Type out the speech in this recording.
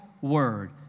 word